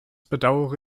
bedauere